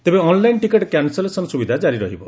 ତେବେ online ticket cancellation ସୁବିଧା କାରି ରହିବ